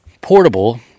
portable